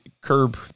curb